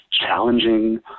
challenging